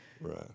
Right